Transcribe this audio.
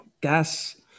gas